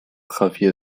javier